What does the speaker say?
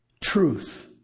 truth